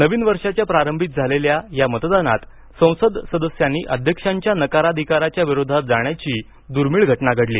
नवीन वर्षाच्या प्रारंभीच झालेल्या या मतदानात संसद सदस्यांनी अध्यक्षांच्या नकाराधिकाराच्या विरोधात जाण्याची दुर्मिळ घटना घडली